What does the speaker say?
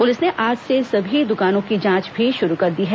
police ने आज से सभी दुकानों की जांच भी शुरू कर दी है